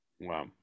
wow